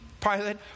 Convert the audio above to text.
Pilate